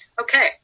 Okay